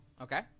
Okay